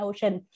Ocean